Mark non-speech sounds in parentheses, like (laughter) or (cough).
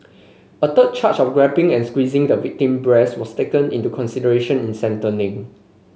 a third charge of grabbing and squeezing the victim breast was taken into consideration in (unintelligible)